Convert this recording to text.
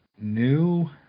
new